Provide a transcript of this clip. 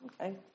Okay